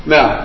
Now